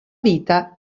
vita